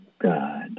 God